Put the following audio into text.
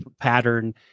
pattern